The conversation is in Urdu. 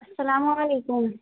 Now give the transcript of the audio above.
السلام علیکم